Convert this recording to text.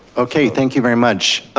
okay, thank you very much.